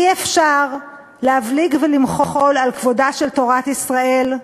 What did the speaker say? אי-אפשר להבליג ולמחול על כבודה של תורת ישראל,